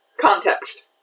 context